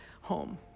home